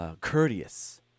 Courteous